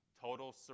Total